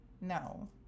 No